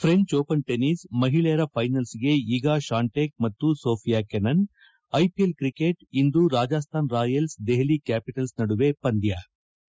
French Open tennis ಮಹಿಳೆಯರ ಫೈನಲ್ಗೆ Iga Swiatek ಮತ್ತು ಸೋಫಿಯಾ ಕೆನನ್ ಐಪಿಎಲ್ ಕ್ರಿಕೆಟ್ ಇಂದು ರಾಜಸ್ತಾನ್ ರಾಯಲ್ಸ್ ದೆಹಲಿ ಕ್ಲಾಪಿಟಲ್ಸ್ ನಡುವೆ ಪಂದ್ಲ